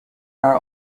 are